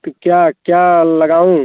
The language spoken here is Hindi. तो क्या क्या लगाऊँ